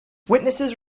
witnesses